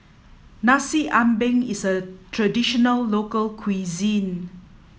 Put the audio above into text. Nasi Ambeng is a traditional local cuisine